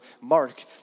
Mark